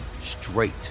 straight